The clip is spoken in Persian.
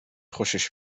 خوشش